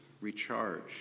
recharge